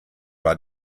war